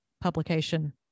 publication